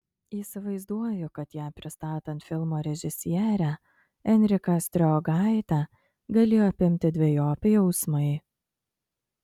įsivaizduoju kad ją pristatant filmo režisierę enriką striogaitę galėjo apimti dvejopi jausmai